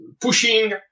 pushing